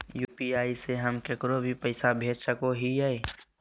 UPI से हम केकरो भी पैसा भेज सको हियै?